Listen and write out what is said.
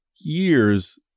years